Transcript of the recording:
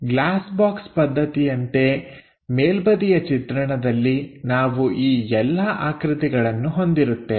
glass box ಪದ್ಧತಿಯಂತೆ ಮೇಲ್ಬದಿಯ ಚಿತ್ರಣದಲ್ಲಿ ನಾವು ಈ ಎಲ್ಲಾ ಆಕೃತಿಗಳನ್ನು ಹೊಂದಿರುತ್ತೇವೆ